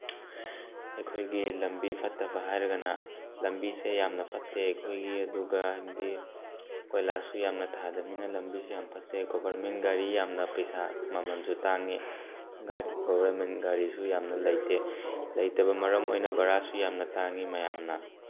ꯑꯩꯈꯣꯏ ꯂꯝꯕꯤ ꯐꯠꯇꯕ ꯍꯥꯏꯔꯒꯅ ꯂꯝꯕꯤꯁꯦ ꯌꯥꯝꯅ ꯐꯠꯇꯦ ꯑꯩꯈꯣꯏꯒꯤ ꯑꯗꯨꯒ ꯍꯥꯏꯕꯗꯤ ꯀꯣꯏꯂꯥꯁꯁꯨ ꯌꯥꯝꯅ ꯊꯥꯗꯝꯅꯤꯅ ꯂꯝꯕꯤꯁꯤ ꯌꯥꯝ ꯐꯠꯇꯦ ꯒꯣꯕꯔꯃꯦꯟ ꯒꯥꯔꯤ ꯌꯥꯝꯅ ꯄꯩꯁꯥ ꯃꯃꯟꯁꯨ ꯇꯥꯡꯏ ꯒꯣꯕꯔꯃꯦꯟ ꯒꯥꯔꯤꯁꯨ ꯌꯥꯝꯅ ꯂꯩꯇꯦ ꯂꯩꯇꯕ ꯃꯔꯝ ꯑꯣꯏꯅ ꯚꯔꯥꯁꯨ ꯌꯥꯝꯅ ꯇꯥꯡꯏ ꯃꯌꯥꯝꯅ